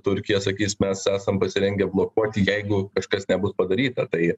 turkija sakys mes esam pasirengę blokuoti jeigu kažkas nebus padaryta tai